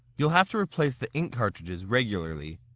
you'll have to replace the ink cartridges regularly,